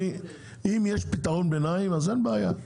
אבל אם יש פתרון ביניים אין בעיה.